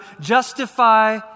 justify